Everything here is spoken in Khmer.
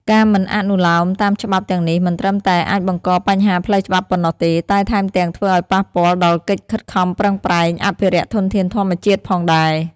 ការមិនអនុលោមតាមច្បាប់ទាំងនេះ មិនត្រឹមតែអាចបង្កប់ញ្ហាផ្លូវច្បាប់ប៉ុណ្ណោះទេ តែថែមទាំងធ្វើឲ្យប៉ះពាល់ដល់កិច្ចខិតខំប្រឹងប្រែងអភិរក្សធនធានធម្មជាតិផងដែរ។